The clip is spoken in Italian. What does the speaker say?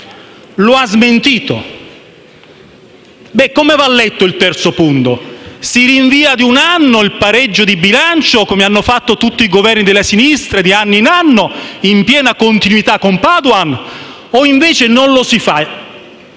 lo ha smentito. E allora come va letto il terzo impegno? Si rinvia di un anno il pareggio di bilancio, come hanno fatto tutti i Governi della sinistra, di anno in anno, in piena continuità con Padoan, o non lo si fa?